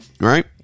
Right